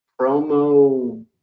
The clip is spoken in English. promo